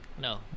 No